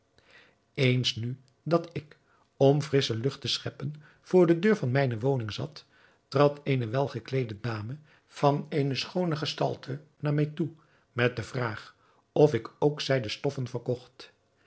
eens nu dat ik om frissche lucht te scheppen voor de deur van mijne woning zat trad eene welgekleede dame van eene schoone gestalte naar mij toe met de vraag of ik ook zijden stoffen verkocht